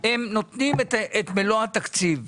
הם נותנים את מלוא התקציב.